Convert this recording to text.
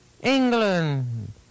England